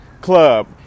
Club